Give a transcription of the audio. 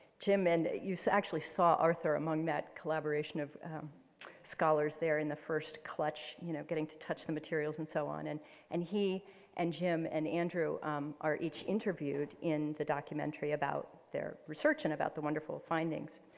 jim used to actually saw arthur among that collaboration of scholars there in the first clutch, you know, getting to touch the materials and so on. and and he and jim and andrew are each interviewed in the documentary about their research and about the wonderful findings.